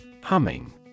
Humming